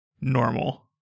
Normal